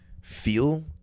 feel